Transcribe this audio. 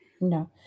No